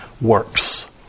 works